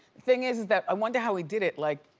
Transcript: thing is is that i wonder how he did it. like